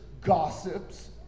gossips